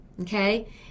okay